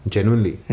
Genuinely